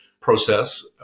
process